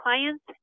clients